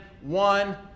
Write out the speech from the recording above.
one